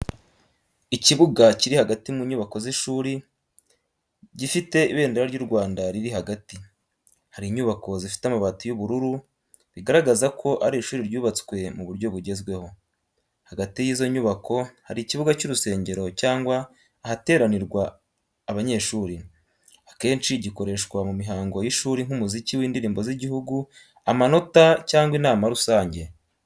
Ikibuga kiri hagati mu nyubako z’ishuri, gifite ibendera ry’u Rwanda riri hagati. Hari inyubako zifite amabati y’ubururu, bigaragaza ko ari ishuri ryubatswe mu buryo bugezweho. Hagati y’izo nyubako hari ikibuga cy’urusengero cyangwa ahateranirwa abanyeshuri, akenshi gikoreshwa mu mihango y’ishuri nk’umuziki w’indirimbo z’igihugu, amanota, cyangwa inama rusange.